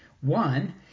one